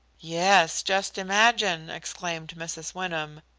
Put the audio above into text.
yes, just imagine! exclaimed mrs. wyndham.